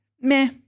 meh